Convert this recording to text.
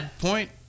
point